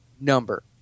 number